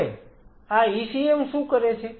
હવે આ ECM શું કરે છે